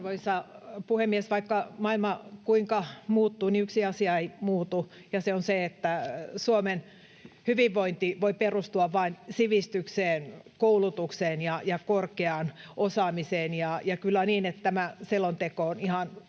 Arvoisa puhemies! Vaikka maailma kuinka muuttuu, niin yksi asia ei muutu, ja se on se, että Suomen hyvinvointi voi perustua vain sivistykseen, koulutukseen ja korkeaan osaamiseen, ja kyllä on niin, että tämä selonteko on ihan